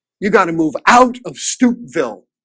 you've got to move out of stupid ville